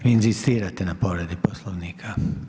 Vi inzistirate na povredi Poslovnika?